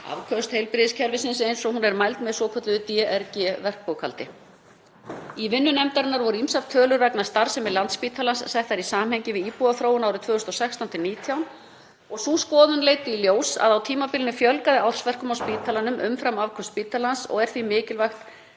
afköst heilbrigðiskerfisins eins og þau eru mæld með svokölluðu DRG-verkbókhaldi. Í vinnu nefndarinnar voru ýmsar tölur vegna starfsemi Landspítalans settar í samhengi við íbúaþróun árin 2016–2019 og sú skoðun leiddi í ljós að á tímabilinu fjölgaði ársverkum á spítalanum umfram afköst spítalans og er því mikilvægt